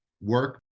work